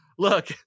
Look